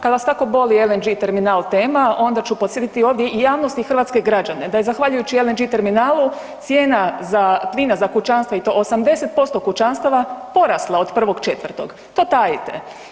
Kad vas tako boli LNG terminal tema onda ću podsjetiti ovdje i javnost i hrvatske građane da je zahvaljujući LNG terminalu cijena plina za kućanstva i to 80% kućanstva porasla od 1.4., to tajite.